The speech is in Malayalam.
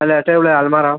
അല്ല ടേബിള് അലമാര